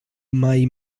mai